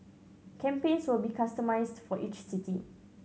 campaigns will be customised for each city